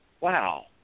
Wow